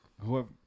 Whoever